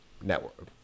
network